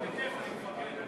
בכיף.